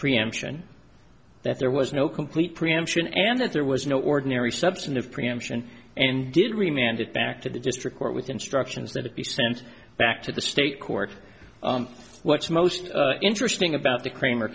preemption that there was no complete preemption and that there was no ordinary substantive preemption and did remain and it back to the district court with instructions that it be sent back to the state court what's most interesting about the kramer